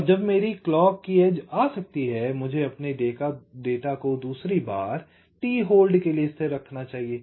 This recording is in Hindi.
और जब मेरी क्लॉक की एज आ सकती है मुझे अपने डेटा को दूसरी बार t होल्ड के लिए स्थिर रखना चाहिए